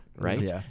Right